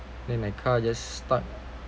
then that car just stuck